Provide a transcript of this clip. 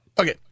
Okay